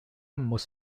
muss